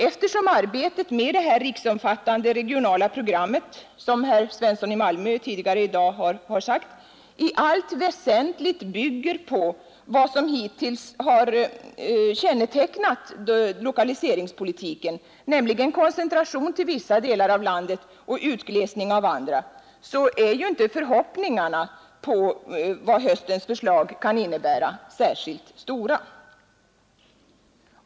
Eftersom arbetet med det här riksomfattande regionala programmet, som herr Svensson i Malmö tidigare i dag har sagt, i allt väsentligt bygger på vad som hittills har kännetecknat lokaliseringspolitiken, nämligen koncentration till vissa delar av landet och utglesning av andra, så är ju inte förhoppningarna på vad höstens förslag kan innebära särskilt stora.